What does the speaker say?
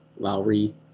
Lowry